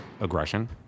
aggression